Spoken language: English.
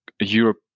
europe